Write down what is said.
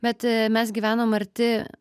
bet mes gyvenom arti